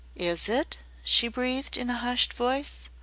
is it? she breathed in a hushed voice.